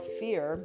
fear